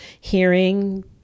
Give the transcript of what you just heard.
hearing